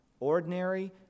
Ordinary